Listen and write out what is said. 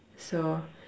so